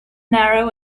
narrow